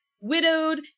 widowed